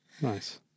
Nice